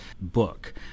book